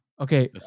Okay